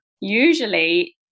Usually